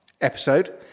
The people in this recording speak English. episode